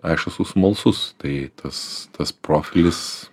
aš esu smalsus tai tas tas profilis